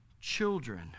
children